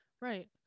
Right